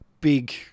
big